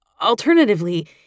Alternatively